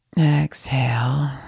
exhale